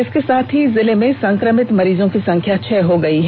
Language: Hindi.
इसके साथ ही जिले में संक्रमित मरीजों की संख्या छह हो गई है